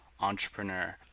entrepreneur